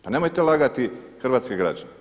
Pa nemojte lagati hrvatske građane.